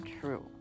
true